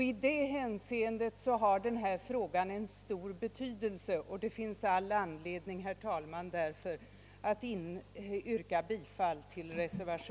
I detta hänseende har denna fråga en stor betydelse, och det finns all anledning, herr talman, att yrka bi